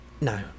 No